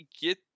get